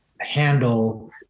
handle